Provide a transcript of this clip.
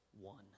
one